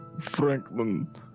Franklin